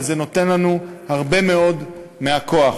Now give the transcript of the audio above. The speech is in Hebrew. וזה נותן לנו הרבה מאוד מהכוח.